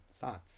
thoughts